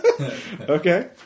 Okay